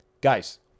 guys